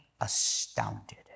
astounded